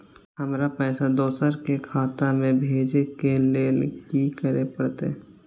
हमरा पैसा दोसर के खाता में भेजे के लेल की करे परते?